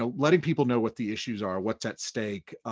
ah letting people know what the issues are, what's at stake.